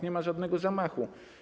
Nie ma żadnego zamachu.